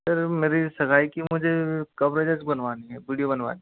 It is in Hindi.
सर मेरी सगाई की मुझे कवरेज बनवानी है वीडियो बनवानी है